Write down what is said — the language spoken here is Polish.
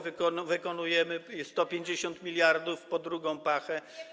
wykonujemy i 150 mld pod drugą pachę.